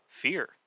fear